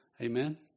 Amen